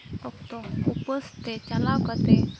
ᱚᱠᱛᱚ ᱩᱯᱟᱹᱥᱛᱮ ᱪᱟᱞᱟᱣ ᱠᱟᱛᱮ